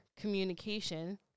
communication